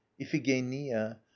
Iphigenia